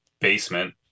basement